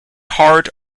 hard